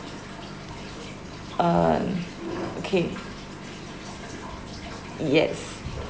um okay yes